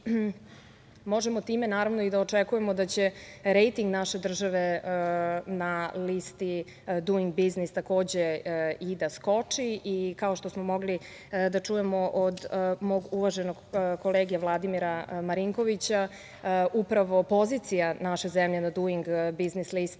možemo time, naravno da očekujemo da će rejting naše države na Duing biznis listi takođe i da skoči. Kao, što smo mogli da čujemo od mog uvaženog kolege, Vladimira Marinkovića, upravo pozicija naše zemlje na Duing biznis listi